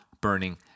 burning